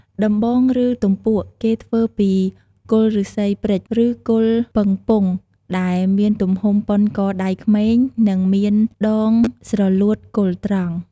ដំបង ឬទំពក់គេធ្វើពីគល់ឬស្សីព្រេច ឬគល់ពឹងពង់ ដែលមានទំហំប៉ុនកដៃក្មេង និងមានដងស្រលួតគល់ត្រង់ ។